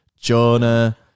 Jonah